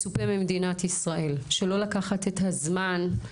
מצופה ממדינת ישראל שלא לקחת את הזמן.